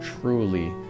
truly